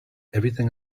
everything